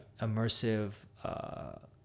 immersive